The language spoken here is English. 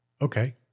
Okay